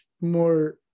more